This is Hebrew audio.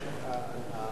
אדוני,